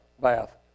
Bath